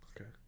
Okay